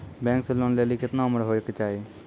Bank से loan लेली केतना उम्र होय केचाही?